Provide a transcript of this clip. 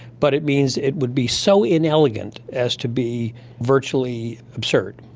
but it means it would be so inelegant as to be virtually absurd.